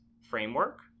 framework